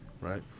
Right